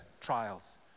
trials